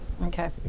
Okay